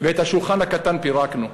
ואת השולחן הקטן פירקנו.